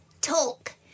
Talk